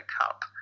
Cup